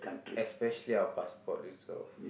especially our passport also